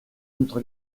entre